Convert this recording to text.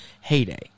heyday